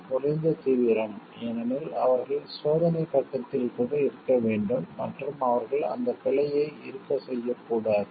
குறைந்த தீவிரம் ஏனெனில் அவர்கள் சோதனை கட்டத்தில் கூட இருக்க வேண்டும் மற்றும் அவர்கள் அந்த பிழையை இருக்க செய்ய கூடாது